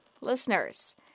Listeners